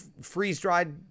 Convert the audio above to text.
freeze-dried